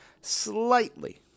slightly